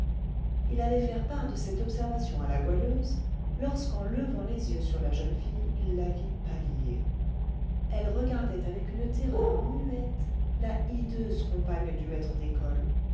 il allait faire part de cette observation à la goualeuse lorsqu'en levant les yeux sur la jeune fille il la vit pâlir elle regardait avec une terreur muette la hideuse compagne du maître d'école